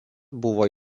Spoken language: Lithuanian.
buvo